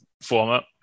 format